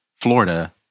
Florida